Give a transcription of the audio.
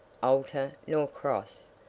altar, nor cross,